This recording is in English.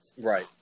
Right